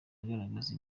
agaragaza